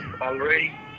already